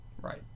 Right